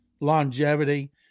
longevity